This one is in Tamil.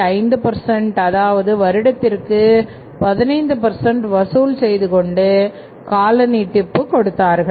5 அதாவது வருடத்திற்கு 18 வசூல் செய்துகொண்டு காலநீட்டிப்பு கொடுத்தார்கள்